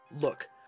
look